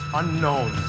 unknown